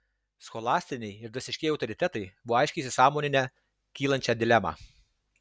scholastiniai ir dvasiškieji autoritetai buvo aiškiai įsisąmoninę kylančią dilemą